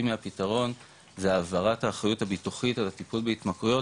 מהפתרון זה העברת האחריות הביטוחית על הטיפול בהתמכרויות,